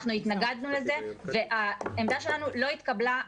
אנחנו התנגדו לזה, והעמדה שלנו לא התקבלה.